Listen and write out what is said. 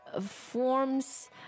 forms